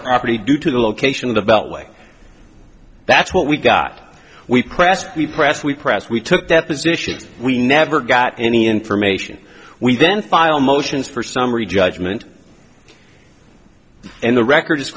property due to the location of the beltway that's what we've got we pressed the press we press we took depositions we never got any information we then file motions for summary judgment and the record i